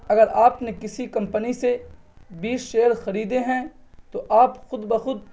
اگر آپ نے کسی کمپنی سے بیس شیئر خریدے ہیں تو آپ خود بخود